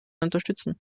unterstützen